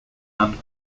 and